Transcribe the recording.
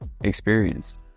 experience